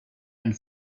and